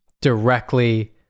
directly